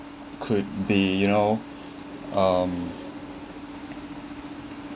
could be you know um